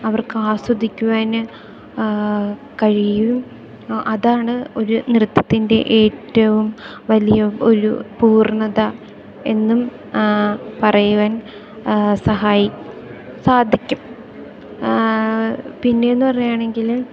അവർക്ക് ആസ്വദിക്കുവാന് കഴിയും ആ അതാണ് ഒര് നൃത്തത്തിൻ്റെ ഏറ്റൊവും വലിയ ഒരു പൂർണ്ണത എന്നും പറയുവാൻ സഹായി സാധിക്കും പിന്നേന്ന് പറയാണെങ്കില്